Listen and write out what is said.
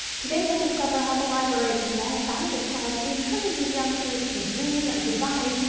today we'll discover how the library's mad scientist club encourages youngsters to dream, design,